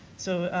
so,